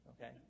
okay